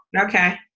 Okay